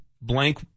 blank